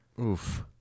Oof